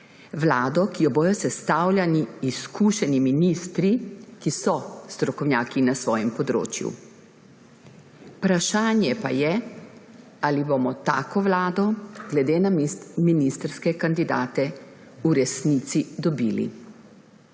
vlado, ki jo bodo sestavljali izkušeni ministri, ki so strokovnjaki na svojem področju. Vprašanje pa je, ali bomo tako vlado glede na ministrske kandidate v resnici dobili.